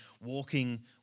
walking